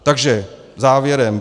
Takže závěrem.